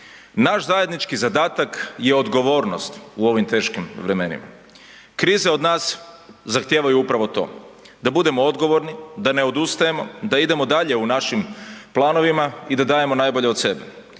Naš zajednički zadatak je odgovornost u ovim teškim vremenima. Krize od nas zahtijevaju upravo to, da budemo odgovorni, da ne odustajemo, da idemo dalje u našim planovima i da dajemo najbolje od sebe,